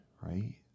right